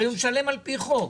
הרי הוא משלם על פי חוק.